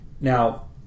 Now